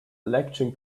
election